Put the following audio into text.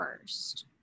first